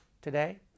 today